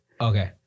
Okay